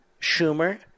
Schumer